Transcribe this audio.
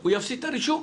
הוא יפסיד את הרישום.